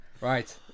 Right